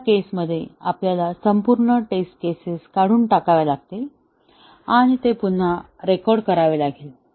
या केसमध्ये आपल्याला संपूर्ण टेस्ट केसेस काढून टाकाव्या लागतील आणि ते पुन्हा रेकॉर्ड करावे लागेल